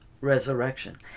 resurrection